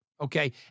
okay